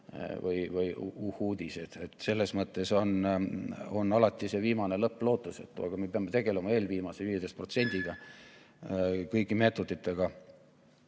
või midagi sarnast. Selles mõttes on alati see viimane lõpp lootusetu, aga me peame tegelema eelviimase 15%-ga kõigi meetoditega.